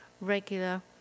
regular